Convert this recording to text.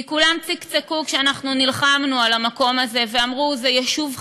כי כולם צקצקו כשאנחנו נלחמנו על המקום הזה ואמרו: זה יישוב חזק,